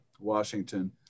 Washington